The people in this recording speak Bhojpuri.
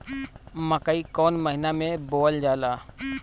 मकई कौन महीना मे बोअल जाला?